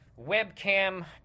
webcam